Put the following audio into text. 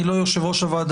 אני לא יושב ראש הוועדה,